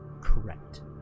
Correct